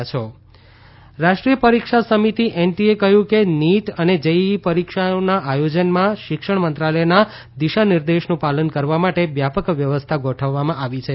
NEET JEE રાષ્ટ્રીય પરીક્ષા સમિતિ એનટીએએ કહયું છે કે નીટ અને જેઇઇ પરીક્ષાઓના આયોજનમાં શિક્ષણ મંત્રાલયના દિશા નિર્દેશનું પાલન કરવા માટે વ્યાપર વ્યવસ્થા ગોઠવવામાં આવી છે